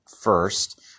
first